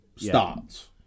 starts